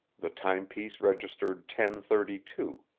the timepiece registered ten thirty two.